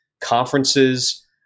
conferences